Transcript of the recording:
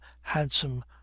handsome